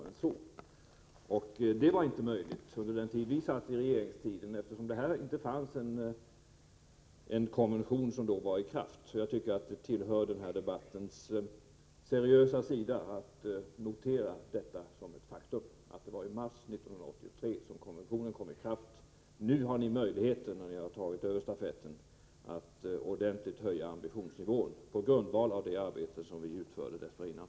Detta var inte möjligt under den tid centern var i regeringsställning, eftersom det då inte fanns någon sådan här konvention. Jag anser att det är viktigt att i den här debatten notera att det var i mars 1983 som konventionen trädde i kraft. Nu när ni låt mig säga har tagit över stafetten, har ni möjlighet att ordentligt höja ambitionsnivån på grundval av det arbete som vi utförde dessförinnan.